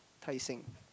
Tai-seng